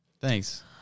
Thanks